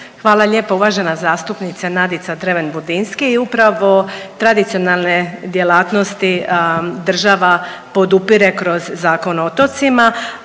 Hvala lijepa uvažena zastupnice Nadica Dreven Budinski i upravo tradicionalne djelatnosti država podupire kroz Zakon o otocima,